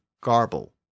garble